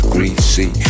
Greasy